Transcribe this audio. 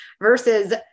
versus